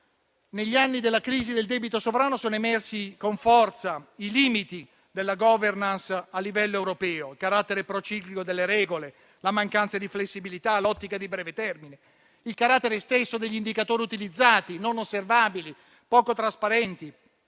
negli anni della crisi del debito sovrano sono emersi con forza i limiti di quella a livello europeo: il carattere prociclico delle regole, la mancanza di flessibilità, l'ottica di breve termine e il carattere stesso degli indicatori utilizzati, non osservabili e poco trasparenti.